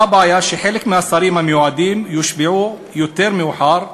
מה הבעיה שחלק מהשרים המיועדים יושבעו יותר מאוחר,